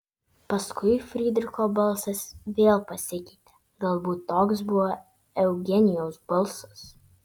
paskui frydricho balsas vėl pasikeitė galbūt toks buvo eugenijaus balsas